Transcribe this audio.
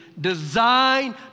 designed